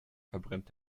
verbrennt